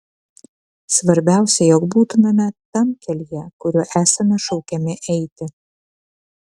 svarbiausia jog būtumėme tam kelyje kuriuo esame šaukiami eiti